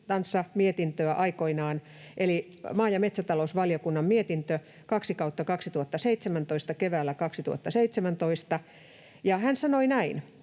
mietintöä eli maa‑ ja metsätalousvaliokunnan mietintöä 2/2017 keväällä 2017. Hän sanoi näin,